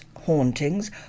hauntings